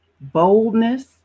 boldness